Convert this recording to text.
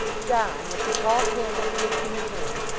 john, with the tall candlesticks in his hands,